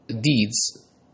deeds